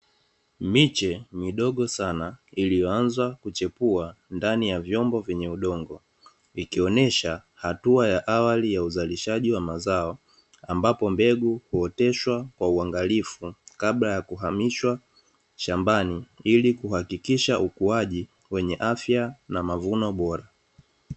Miche midogo sana iliyoanza kuchepua ndani ya vyombo vyenye udongo, ikionyesha hatua ya awali ya uzalishaji wa mazao, ambapo mbegu huoteshwa kwa uangalifu kabla ya kuhamishwa shambani ili kuhakikisha ukuaji wenye afya na mavuno bora.